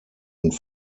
und